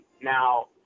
Now